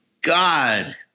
God